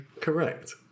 correct